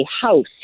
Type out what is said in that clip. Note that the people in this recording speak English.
house